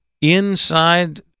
inside